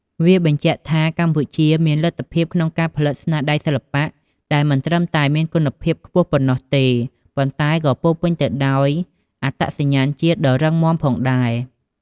វាបញ្ជាក់ថា កម្ពុជាមានលទ្ធភាពក្នុងការផលិតស្នាដៃសិល្បៈដែលមិនត្រឹមតែមានគុណភាពខ្ពស់ប៉ុណ្ណោះទេ ប៉ុន្តែក៏ពោរពេញទៅដោយអត្តសញ្ញាណជាតិដ៏រឹងមាំផងដែរ។